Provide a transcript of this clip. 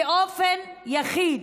כיחיד.